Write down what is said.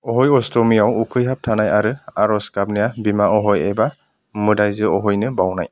अह'य अष्टमीआव उखैहाब थानाय आरो आर'ज गाबनाया बिमा अह'य एबा मोदायजो अह'यनो बावनाय